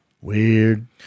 Weird